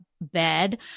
bed